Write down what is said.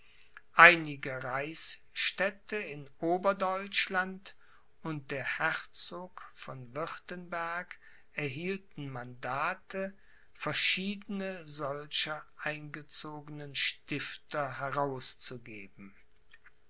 einige reichsstädte in oberdeutschland und der herzog von wirtenberg erhielten mandate verschiedene solcher eingezogenen stifter herauszugeben